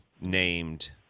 named